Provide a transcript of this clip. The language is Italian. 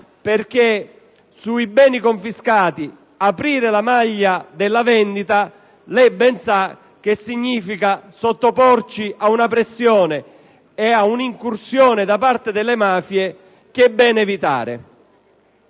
perché se sui beni confiscati apriamo la maglia della vendita, come lei ben sa, ciò significa sottoporci ad una pressione e ad un'incursione da parte delle mafie che sarebbe bene evitare.